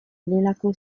honelako